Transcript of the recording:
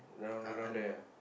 I I don't know